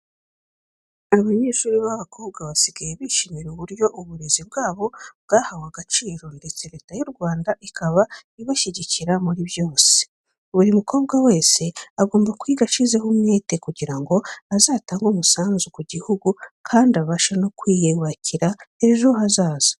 Abanyeshuri b'abakobwa basigaye bishimira uburyo uburezi bwabo bwahawe agaciro ndetse Leta y'u Rwanda ikaba ibashyigikira muri byose. Buri mukobwa wese agomba kwiga ashyizeho umwete kugira ngo azatange umusanzu ku gihugu kandi abashe no kwiyubakira ejo hazaza.